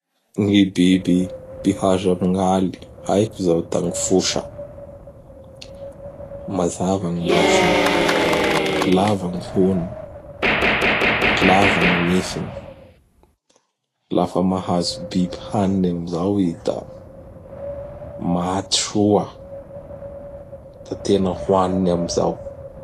Gny biby mpihaza amignaly haiko izao da gn Fosa. Mazava gny masony, lava gny hohony, lava gn ny nifiny. Lafa mahazo biby haniny amin'izao i da maty soa, da tena hoaniny amin'izao.